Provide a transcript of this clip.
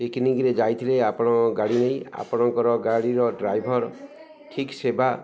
ପିକନିକ୍ରେ ଯାଇଥିଲେ ଆପଣ ଗାଡ଼ି ନେଇ ଆପଣଙ୍କର ଗାଡ଼ିର ଡ୍ରାଇଭର୍ ଠିକ୍ ସେବା